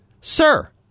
Sir